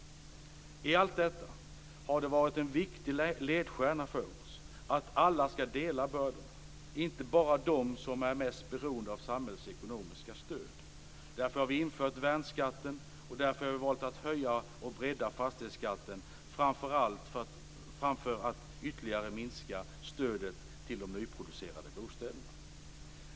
I allt detta har det varit en viktig ledstjärna för oss att alla skall dela bördorna - inte bara de som är mest beroende av samhällets ekonomiska stöd. Därför har vi infört värnskatten, och därför har vi valt att höja och bredda fastighetsskatten framför att ytterligare minska stödet till de nyproducerade bostäderna.